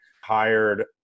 hired